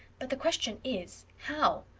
but the question is how?